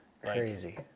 Crazy